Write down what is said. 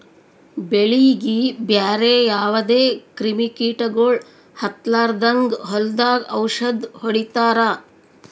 ಬೆಳೀಗಿ ಬ್ಯಾರೆ ಯಾವದೇ ಕ್ರಿಮಿ ಕೀಟಗೊಳ್ ಹತ್ತಲಾರದಂಗ್ ಹೊಲದಾಗ್ ಔಷದ್ ಹೊಡಿತಾರ